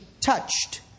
touched